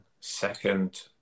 second